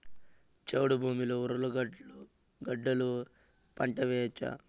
చౌడు భూమిలో ఉర్లగడ్డలు గడ్డలు పంట వేయచ్చా?